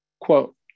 quote